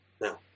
Now